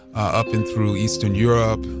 up in through eastern europe,